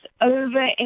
over